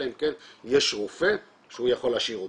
אלא אם כן יש רופא שהוא יכול להשאיר אותו.